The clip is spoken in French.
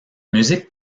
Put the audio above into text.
musique